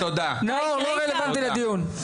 נאור, לא רלוונטי לדיון.